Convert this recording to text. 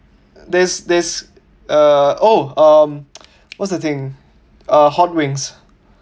there's there's uh oh um what's the thing uh hot wings